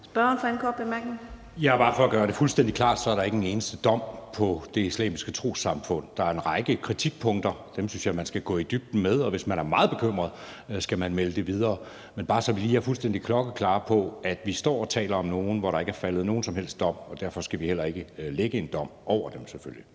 Søe (M): Bare for at gøre det fuldstændig klart er der ikke en eneste dom over Det Islamiske Trossamfund. Der er en række kritikpunkter, og dem synes jeg man skal gå i dybden med, og hvis man er meget bekymret, skal man melde det videre. Det er bare, så vi lige er fuldstændig klokkeklare, med hensyn til at vi står og taler om nogle, som der ikke er faldet nogen som helst dom over, og derfor skal vi selvfølgelig heller ikke lægge en dom ned over dem.